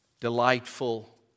delightful